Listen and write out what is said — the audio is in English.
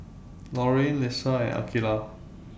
Loraine Lesa and Akeelah